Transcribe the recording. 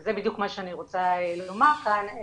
זה בדיוק מה שאני רוצה לומר כאן.